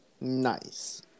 nice